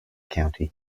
county